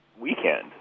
weekend